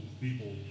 people